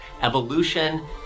Evolution